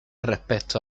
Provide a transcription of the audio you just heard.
respecto